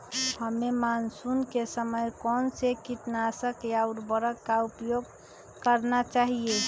हमें मानसून के समय कौन से किटनाशक या उर्वरक का उपयोग करना चाहिए?